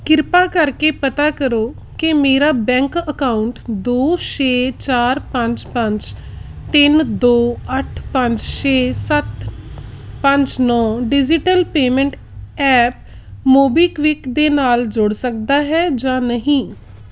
ਕਿਰਪਾ ਕਰਕੇ ਪਤਾ ਕਰੋ ਕਿ ਮੇਰਾ ਬੈਂਕ ਅਕਾਊਂਟ ਦੋ ਛੇ ਚਾਰ ਪੰਜ ਪੰਜ ਤਿੰਨ ਦੋ ਅੱਠ ਪੰਜ ਛੇ ਸੱਤ ਪੰਜ ਨੌਂ ਡਿਜਿਟਲ ਪੇਮੈਂਟ ਐਪ ਮੋਬੀਕਵਿਕ ਦੇ ਨਾਲ ਜੁੜ ਸਕਦਾ ਹੈ ਜਾਂ ਨਹੀਂ